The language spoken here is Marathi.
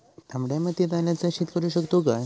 तामड्या मातयेत आल्याचा शेत करु शकतू काय?